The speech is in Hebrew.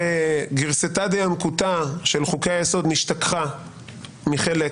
וגרסא דינקותא של חוקי היסוד נשתכחה מחלק